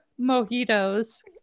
mojitos